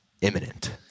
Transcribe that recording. imminent